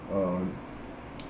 um